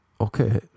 okay